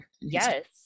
Yes